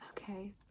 Okay